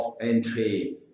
entry